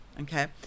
Okay